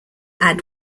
add